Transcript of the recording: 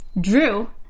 Drew